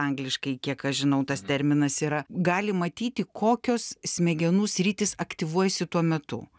angliškai kiek aš žinau tas terminas yra gali matyti kokios smegenų sritys aktyvuojasi tuo metu